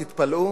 תתפלאו,